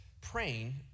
praying